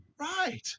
Right